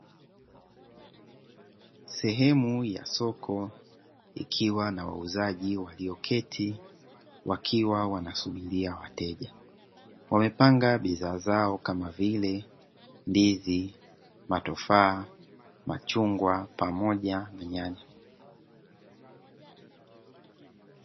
Sehemu ya soko ikiwa na wauzaji walioketi wakiwa wanasubiria wateja. Wamepanga bidhaa zao kama vile: ndizi, matufaa, machungwa pamoja na nyanya.